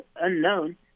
unknown